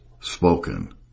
spoken